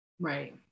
right